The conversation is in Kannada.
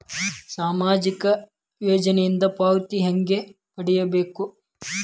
ಸಾಮಾಜಿಕ ಯೋಜನಿಯಿಂದ ಪಾವತಿ ಹೆಂಗ್ ಪಡಿಬೇಕು?